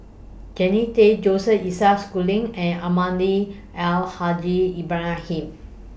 Jannie Tay Joseph Isaac Schooling and Almahdi Al Haj Ibrahim